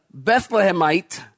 Bethlehemite